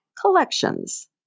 collections